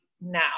now